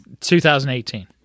2018